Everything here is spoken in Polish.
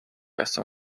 jestem